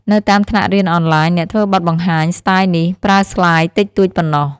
នៅតាមថ្នាក់រៀនអនឡាញ អ្នកធ្វើបទបង្ហាញស្ទាយនេះ ប្រើស្លាយតិចតួចប៉ុណ្ណោះ។